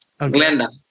Glenda